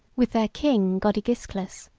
with their king godigisclus,